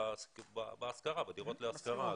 היא בדירות להשכרה.